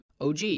OG